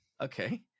Okay